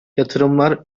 yatırımlar